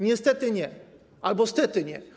Niestety nie albo stety nie.